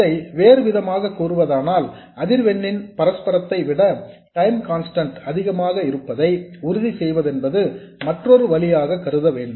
இதை வேறு விதமாகக் கூறுவதானால் அதிர்வெண்ணின் பரஸ்பரத்தை விட டைம் கன்ஸ்டன்ட் அதிகமாக இருப்பதை உறுதி செய்வதென்பது மற்றொரு வழியாக கருதவேண்டும்